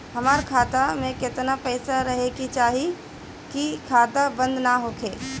हमार खाता मे केतना पैसा रहे के चाहीं की खाता बंद ना होखे?